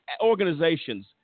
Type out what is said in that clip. organizations –